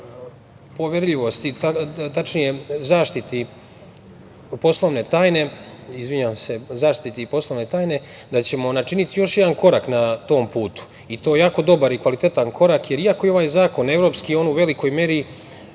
ovaj Zakon o zaštiti poslovne tajne, da ćemo načiniti još jedan korak na tom putu i to jako dobar i kvalitetan korak, jer iako ovaj zakon evropski, on u velikoj meri